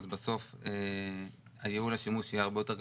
אז בסוף השימוש יהיה הרבה יותר גבוה.